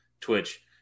Twitch